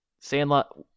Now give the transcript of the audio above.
Sandlot